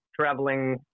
traveling